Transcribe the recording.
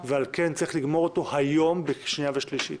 ועל כן צריך אותו היום בשנייה ושלישית.